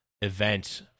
event